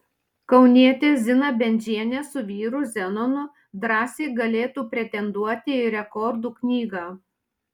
kaunietė zina bendžienė su vyru zenonu drąsiai galėtų pretenduoti į rekordų knygą